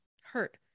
hurt